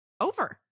over